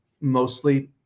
mostly